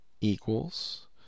equals